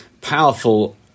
powerful